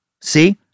See